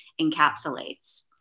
encapsulates